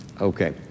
Okay